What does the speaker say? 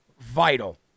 vital